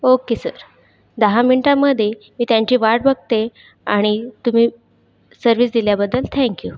okay sir दहा मिंटामध्ये मी त्यांची वाट बघते आणि तुम्ही सर्विस दिल्याबद्दल थँक्यू